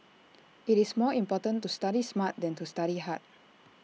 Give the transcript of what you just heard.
IT is more important to study smart than to study hard